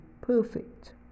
perfect